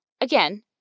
Again